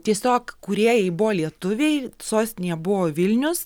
tiesiog kūrėjai buvo lietuviai sostinė buvo vilnius